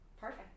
Perfect